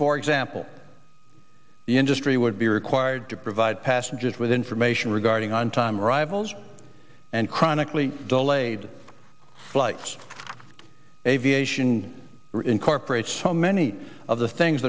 for example the industry would be required to provide passengers with information regarding on time arrivals and chronically delayed flights aviation incorporates so many of the things